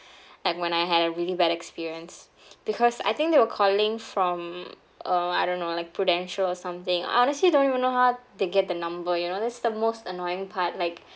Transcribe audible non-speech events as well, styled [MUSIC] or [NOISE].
[BREATH] like when I had a really bad experience [BREATH] because I think they were calling from uh I don't know like prudential or something honestly don't even know how they get the number you know that's the most annoying part like